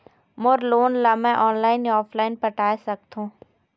मोर loan ला मैं online या ऑफलाइन पटाए सकथों?